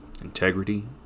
Integrity